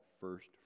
first